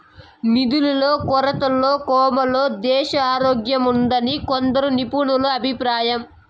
నిధుల కొరతతో కోమాలో దేశారోగ్యంఉన్నాదని కొందరు నిపుణుల అభిప్రాయం